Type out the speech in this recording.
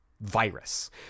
virus